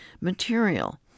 material